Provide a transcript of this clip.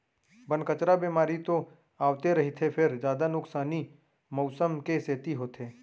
बन, कचरा, बेमारी तो आवते रहिथे फेर जादा नुकसानी मउसम के सेती होथे